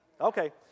Okay